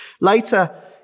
Later